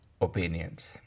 opinions